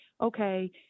okay